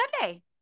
Sunday